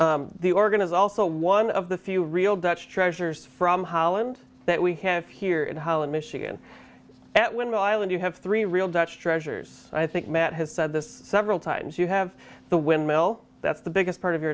the organ is also one of the few real dutch treasures from holland that we have here in holland michigan at window island you have three real dutch treasures i think matt has said this several times you have the windmill that's the biggest part of your